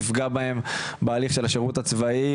תפגע בהם בהליך של השירות הצבאי,